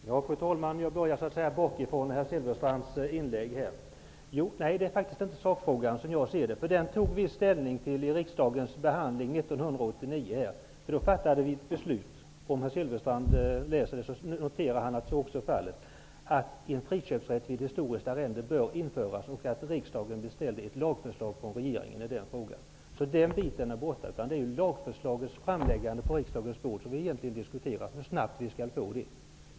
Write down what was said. Fru talman! Nej, det är inte sakfrågan vi behandlar, som jag ser det. Den tog vi ställning till vid riksdagens behandling 1989, då vi fattade beslut om att en friköpsrätt vid historiskt arrende bör införas och riksdagen beställde ett lagförslag från regeringen i frågan. Den biten är borta, och det är nu lagförslagets framläggande på riksdagens bord, och hur snabbt detta kan ske, som vi egentligen diskuterar.